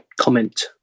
comment